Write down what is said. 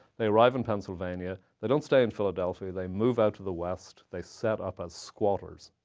they arrive in pennsylvania. they don't stay in philadelphia. they move out to the west. they set up as squatters.